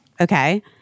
Okay